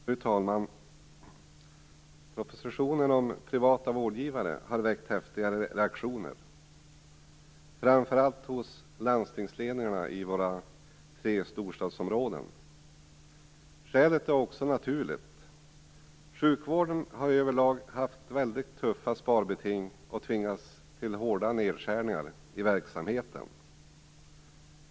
Fru talman! Propositionen om privata vårdgivare har väckt häftiga reaktioner, framför allt hos landstingsledningarna i våra tre storstadsområden. Skälet är naturligt. Sjukvården har överlag haft väldigt tuffa sparbeting och tvingats till hårda nedskärningar i verksamheten.